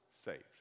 saved